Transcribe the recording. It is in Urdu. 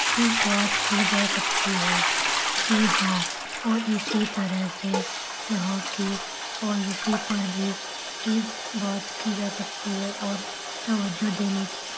کہ بات کی جا سکتی ہے جی ہاں اور اسی طرح سے یہاں کی پالیسی پر بھی ہی بات کی جا سکتی ہے اور توجہ دینے کی